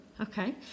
Okay